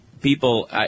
people